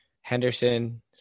Henderson